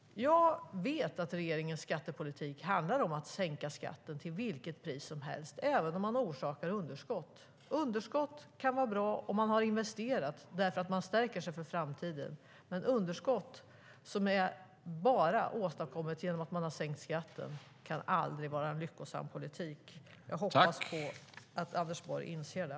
Jag vet att regeringens skattepolitik handlar om att sänka skatten till vilket pris som helst, även om man orsakar underskott. Underskott kan vara bra om man har investerat därför att man stärker sig för framtiden. Men underskott som har åstadkommits bara genom att man har sänkt skatten kan aldrig vara en lyckosam politik. Jag hoppas att Anders Borg inser det.